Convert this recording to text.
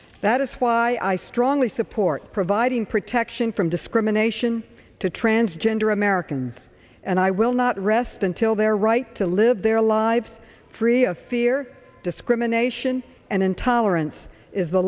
why i strongly support providing protection from discrimination to transgender americans and i will not rest until their right to live their lives free of fear discrimination and intolerance is the